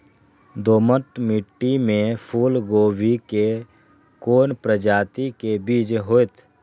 दोमट मिट्टी में फूल गोभी के कोन प्रजाति के बीज होयत?